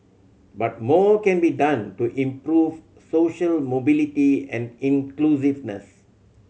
but more can be done to improve social mobility and inclusiveness